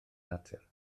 natur